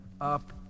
up